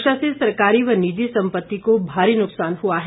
वर्षा से सरकारी व निजी संपत्ति को भारी नुकसान हुआ है